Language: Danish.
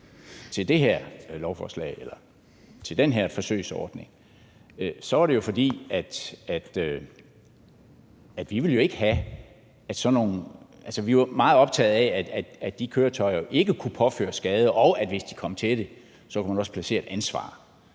i den her forsøgsordning – så var det jo, fordi vi var meget optaget af, at de køretøjer ikke måtte kunne påføre skade, og at man, hvis de kom til det, også skulle kunne placere et ansvar